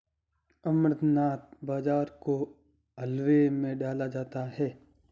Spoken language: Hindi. अमरनाथ बाजरा को हलवे में डाला जाता है